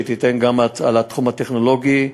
שתעסוק גם בתחום הטכנולוגי,